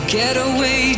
getaway